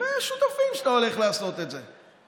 מי השותפים שאיתם אתה הולך לעשות את זה?